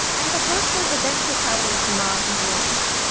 and the hopeful eventual travel to mars and beyond.